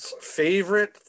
favorite